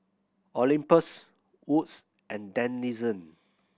Olympus Wood's and Denizen